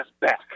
back